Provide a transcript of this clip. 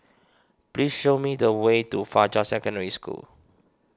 please show me the way to Fajar Secondary School